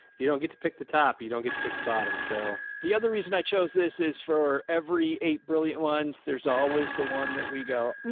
if you don't get to pick the top, you don't get to pick the bottom. so the other reason i chose this is for every eight brilliant ones. there's always the one that we go.